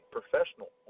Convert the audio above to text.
professional